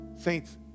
Saints